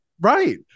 right